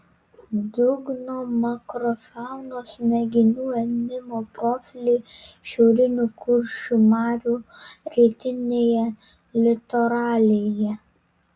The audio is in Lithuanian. dugno makrofaunos mėginių ėmimo profiliai šiaurinių kuršių marių rytinėje litoralėje